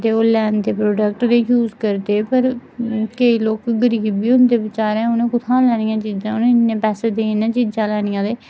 ते ओह् लैंदे प्रोडक्ट ते यूज करदे पर केईं लोक गरीब बी होंदे बचैरे उ'नें कुत्थुआं लैनियां चीजां उ'नें इन्ने पैसे देने चीजां लैनियां ते